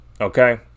okay